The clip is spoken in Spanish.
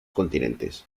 continentes